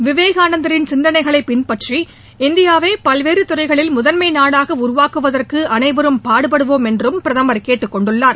விவேகானந்தரின் சிந்தனைகளை பின்பற்றி இந்தியாவை பல்வேறு துறைகளில் முதன்மை நாடாக உருவாக்குவதற்கு அனைவரும் பாடுபடுவோம் என்றும் பிரதமர் கேட்டுக் கொண்டுள்ளார்